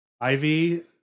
Ivy